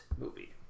movie